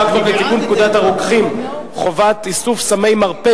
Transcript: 30 בעד, אין מתנגדים, אין נמנעים.